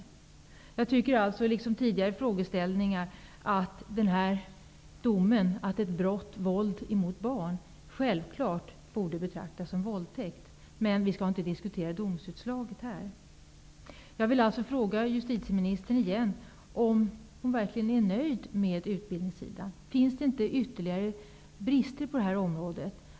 Jag anser när det gäller den här domen liksom tidigare frågeställare att det är självklart att ett brott där våld begåtts mot ett barn borde betraktas som våldtäkt, men vi skall inte här diskutera domsutslaget. Jag vill återigen fråga justitieministern om hon verkligen är nöjd med utbildningen. Finns det inte ytterligare brister på detta område?